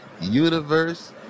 universe